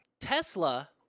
tesla